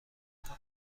خدا